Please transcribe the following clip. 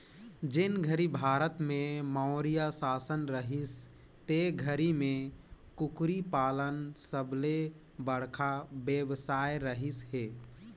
जेन घरी भारत में मौर्य सासन रहिस ते घरी में कुकरी पालन सबले बड़खा बेवसाय रहिस हे